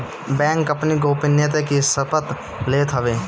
bank अपनी गोपनीयता के शपथ लेत हवे